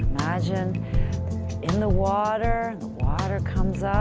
imagine in the water, the water comes up,